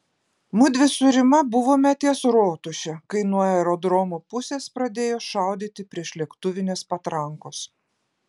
mudvi su rima buvome ties rotuše kai nuo aerodromo pusės pradėjo šaudyti priešlėktuvinės patrankos